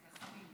בבקשה.